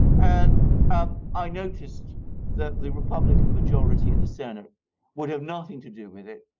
and um i noticed that the republican majority in the senate would have nothing to do with it,